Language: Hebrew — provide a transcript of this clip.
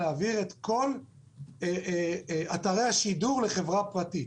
להעביר את כל אתרי השידור לחברה פרטית.